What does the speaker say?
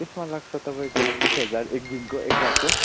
त्यसमा लाग्छ तपाईँको बिस हजार एक दिनको एक रातको